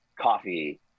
coffee